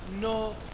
no